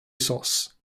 sauce